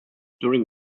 during